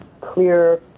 clear